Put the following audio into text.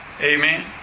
Amen